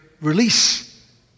release